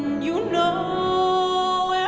you know yeah